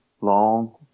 long